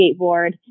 skateboard